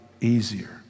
easier